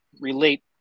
relate